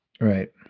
right